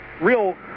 real